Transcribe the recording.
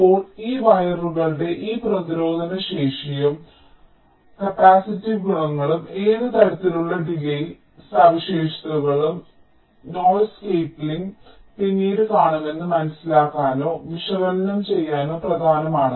ഇപ്പോൾ ഈ വയറുകളുടെ ഈ പ്രതിരോധശേഷിയും കപ്പാസിറ്റീവ് ഗുണങ്ങളും ഏത് തരത്തിലുള്ള ഡിലേയ് സവിശേഷതകളും നോയ്സ് കപ്പലിങ് പിന്നീട് കാണുമെന്ന് മനസ്സിലാക്കാനോ വിശകലനം ചെയ്യാനോ പ്രധാനമാണ്